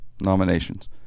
Nominations